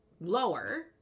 lower